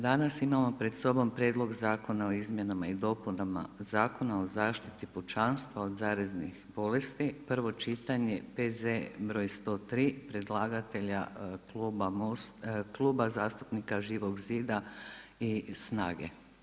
Danas imamo pred sobom Prijedlog zakona o izmjenama i dopunama Zakona o zaštiti pučanstva od zaraznih bolesti, prvo čitanje, P.Z. br. 103 predlagatelja Kluba zastupnika Živog zida i Snage.